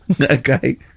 Okay